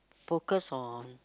focus on